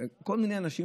כל מיני אנשים,